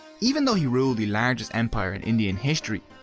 even though he ruled the largest empire in indian history,